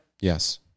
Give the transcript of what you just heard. Yes